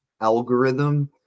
algorithm